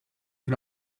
can